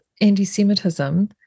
anti-Semitism